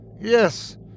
Yes